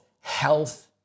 health